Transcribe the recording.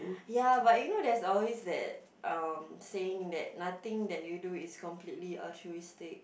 ya but you know there is always that um saying that nothing that you do is completely altruistic